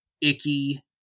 icky